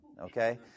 okay